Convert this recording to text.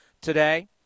today